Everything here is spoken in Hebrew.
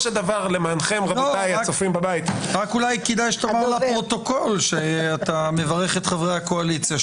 רק אולי כדאי שתאמר לפרוטוקול שאתה מברך את חברי הקואליציה,